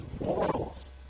morals